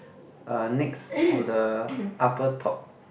uh next on the upper top